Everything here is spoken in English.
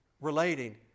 relating